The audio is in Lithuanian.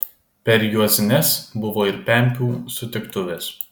per juozines buvo ir pempių sutiktuvės